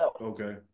okay